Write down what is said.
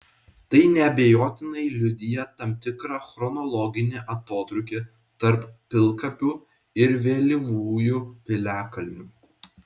tai neabejotinai liudija tam tikrą chronologinį atotrūkį tarp pilkapių ir vėlyvųjų piliakalnių